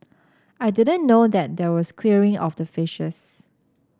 I didn't know that there was clearing of the fishes